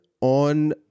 on